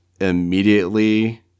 immediately